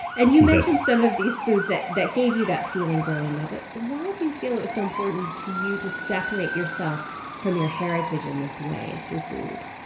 and you mention some of these foods that that gave you that feeling growing up. why do you feel it was so important to you to separate yourself from your heritage in this way, through food?